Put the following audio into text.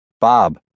Bob